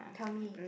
tell me